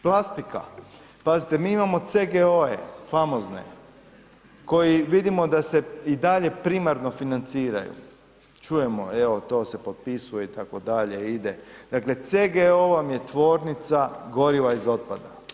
Plastika, pazite mi imamo CGO-e, famozne koji vidimo da se i dalje primarno financiraju, čujemo evo to se potpisuje itd., ide, dakle CGO vam je tvornica goriva iz otpada.